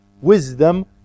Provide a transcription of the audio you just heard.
wisdom